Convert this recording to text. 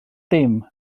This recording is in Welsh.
dim